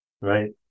right